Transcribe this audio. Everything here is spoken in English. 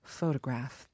photograph